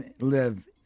live